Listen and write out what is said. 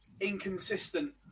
inconsistent